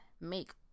make